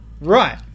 Right